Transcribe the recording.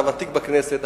אתה ותיק בכנסת,